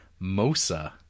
Mosa